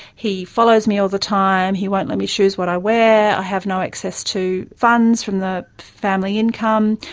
he follows me all the time, he won't let me choose what i wear, i have no access to funds from the family income,